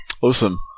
Awesome